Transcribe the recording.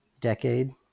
decade